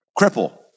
cripple